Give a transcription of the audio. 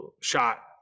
shot